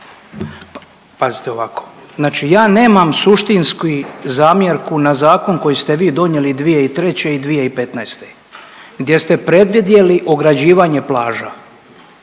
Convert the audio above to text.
Pazite ovako, znači ja nemam suštinski zamjerku na zakon koji ste vi donijeli 2003. i 2015. gdje ste predvidjeli ograđivanje plaža.